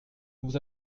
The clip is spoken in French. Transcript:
vous